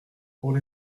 pour